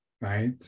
right